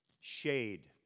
shade